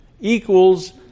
equals